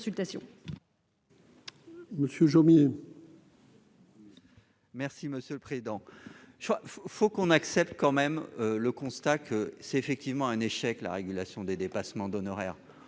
Monsieur Jomier. Merci monsieur le président, je crois qu'il faut qu'on accepte quand même le constat que c'est effectivement un échec, la régulation des dépassements d'honoraires,